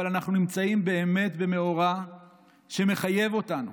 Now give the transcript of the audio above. אבל אנחנו נמצאים במאורע שמחייב אותנו,